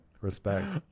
respect